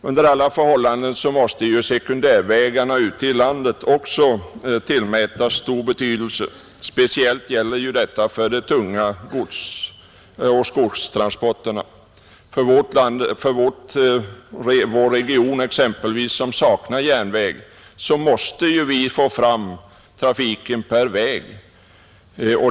Under alla förhållanden måste ju sekundärvägarna ute i landet tillmätas stor betydelse, speciellt för de tunga godsoch skogstransporterna, I vår region exempelvis, som saknar järnväg, måste vi få fram trafiken per väg.